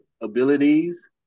abilities